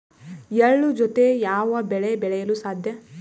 ಎಳ್ಳು ಜೂತೆ ಯಾವ ಬೆಳೆ ಬೆಳೆಯಲು ಸಾಧ್ಯ?